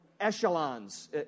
echelons